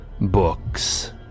books